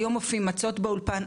היום אופים מצות באולפן,